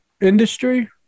industry